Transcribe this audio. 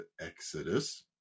Exodus